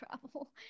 travel